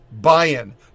buy-in